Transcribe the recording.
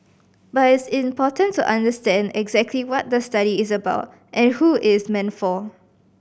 but it is important to understand exactly what the study is about and who it is meant for